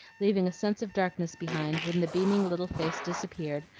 leaving a sense of darkness behind when the beaming little face disappeared,